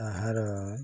ତାହାର